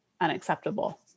unacceptable